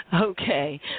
Okay